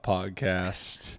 Podcast